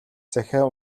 захиа